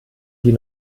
die